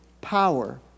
power